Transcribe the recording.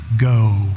go